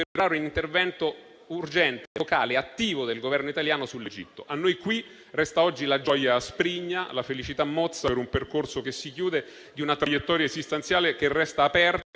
un intervento urgente, vocale, attivo del Governo italiano sull'Egitto. A noi qui oggi resta la gioia asprigna, la felicità mozza per un percorso che si chiude ed una traiettoria esistenziale che resta aperta,